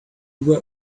were